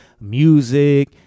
music